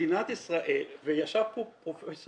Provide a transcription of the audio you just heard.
ישב פה פרופ'